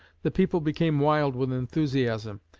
the people became wild with enthusiasm,